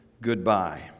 goodbye